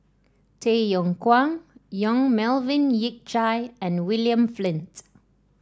Tay Yong Kwang Yong Melvin Yik Chye and William Flint